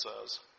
says